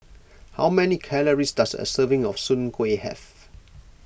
how many calories does a serving of Soon Kuih have